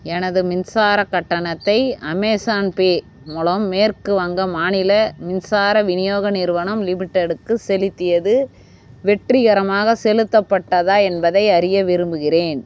எனது மின்சாரக் கட்டணத்தை அமேசான் பே மூலம் மேற்கு வங்கம் மாநில மின்சார விநியோக நிறுவனம் லிமிட்டெடுக்கு செலுத்தியது வெற்றிகரமாக செலுத்தப்பட்டதா என்பதை அறிய விரும்புகிறேன்